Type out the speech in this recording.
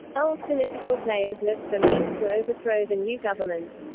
old political players looked for means to overthrow the new government.